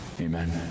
Amen